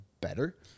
better